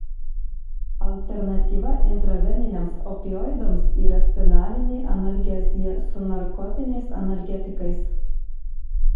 alternatyva intraveniniams opioidams yra spinalinė analgezija su narkotiniais analgetikais